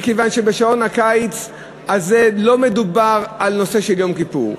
מכיוון שבשעון הקיץ הזה לא מדובר על יום כיפור,